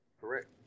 Correct